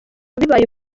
bibaye